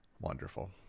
Wonderful